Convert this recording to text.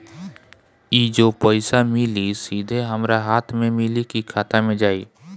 ई जो पइसा मिली सीधा हमरा हाथ में मिली कि खाता में जाई?